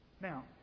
Now